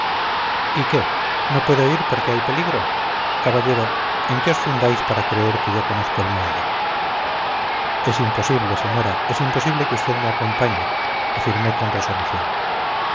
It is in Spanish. y qué no puedo ir porque hay peligro caballero en qué os fundáis para creer que yo conozco el miedo es imposible señora es imposible que usted me acompañe afirmé con resolución